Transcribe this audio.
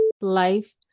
life